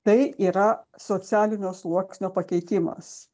tai yra socialinio sluoksnio pakeitimas